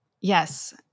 Yes